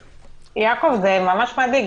יעקב, זה ממש מדאיג.